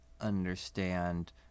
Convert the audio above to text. understand